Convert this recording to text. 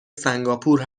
سنگاپور